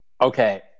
okay